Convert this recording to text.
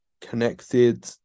connected